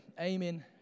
Amen